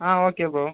ah okay bro